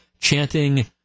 chanting